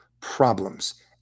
problems